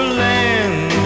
land